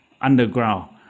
underground